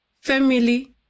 family